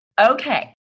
Okay